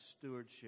stewardship